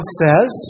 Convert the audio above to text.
says